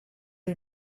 you